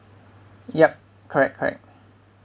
yup correct correct